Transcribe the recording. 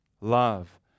love